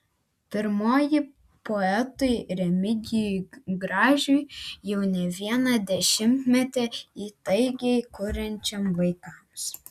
pirmoji poetui remigijui gražiui jau ne vieną dešimtmetį įtaigiai kuriančiam vaikams